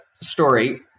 story